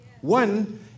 One